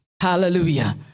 Hallelujah